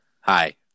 Hi